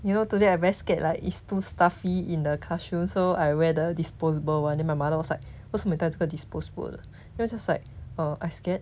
you know today I very scared like it's too stuffy in the cashew so I wear the disposable one then my mother was like 为什么你戴这个 disposable 的 then 我 just like uh I scared